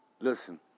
Listen